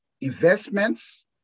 investments